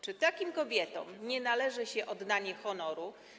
Czy takim kobietom nie należy się oddanie honoru?